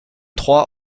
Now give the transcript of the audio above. trois